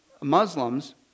Muslims